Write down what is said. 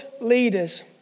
leaders